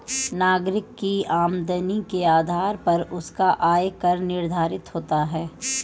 नागरिक की आमदनी के आधार पर उसका आय कर निर्धारित होता है